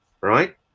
right